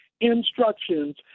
instructions—